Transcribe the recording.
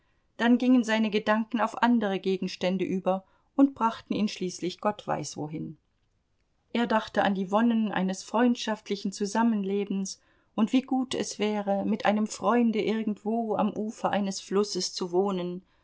dann gingen seine gedanken auf andere gegenstände über und brachten ihn schließlich gott weiß wohin er dachte an die wonnen eines freundschaftlichen zusammenlebens und wie gut es wäre mit einem freunde irgendwo am ufer eines flusses zu wohnen